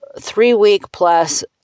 three-week-plus